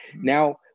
Now